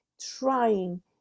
trying